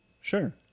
Sure